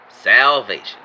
Salvation